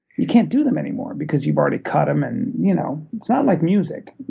you can't do them anymore because you've already cut them, and you know, it's not like music.